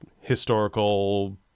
historical